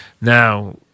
Now